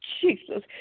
Jesus